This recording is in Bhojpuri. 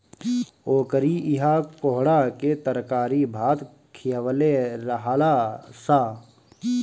ओकरी इहा कोहड़ा के तरकारी भात खिअवले रहलअ सअ